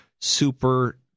super